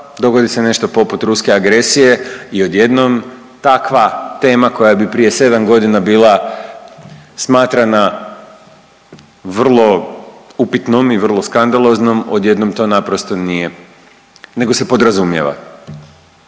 dogodi se nešto poput ruske agresije i odjednom takva tema koja bi prije 7.g. bila smatrana vrlo upitnom i vrlo skandaloznom odjednom to naprosto nije nego se podrazumijeva.